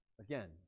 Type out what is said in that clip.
again